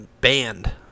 banned